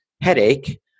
headache